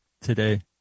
today